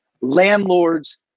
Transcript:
Landlords